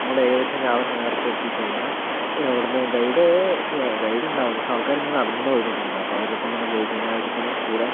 നമ്മൾ ഏകദേശം രാവിലെ നേരത്തെ എത്തി കഴിഞ്ഞാൽ അവിടെ നിന്ന് ഗൈഡ് ഗൈഡ് ഉണ്ടാവും പക്ഷെ ആൾക്കാരിങ്ങനെ നടന്നു പോയ്കൊണ്ടിരിക്കുന്നുണ്ടാവും അപ്പോൾ അവരോടൊപ്പം ഇങ്ങനെ പോയിക്കഴിഞ്ഞാൽ അവരിങ്ങനെ കൂടെ